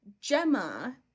Gemma